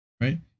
right